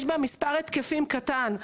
שיש איתה מספר התקפים קטן.